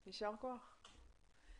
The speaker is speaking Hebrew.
יישר כוח.